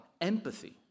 empathy